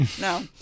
No